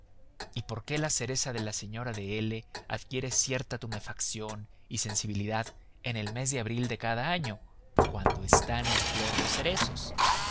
y por qué la cereza de la señora de l adquiere cierta tumefacción y sensibilidad en el mes de abril de cada año cuando están flor los cerezos